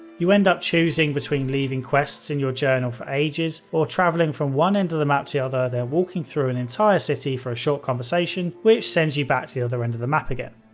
you end up choosing between leaving quests in your journal for ages or travelling from one end of the map the other and then walking through an entire city for a short conversation which sends you back to the other end of the map again.